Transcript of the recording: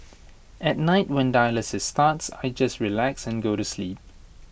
at night when dialysis starts I just relax and go to sleep